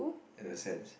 in a sense